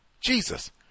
Jesus